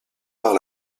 par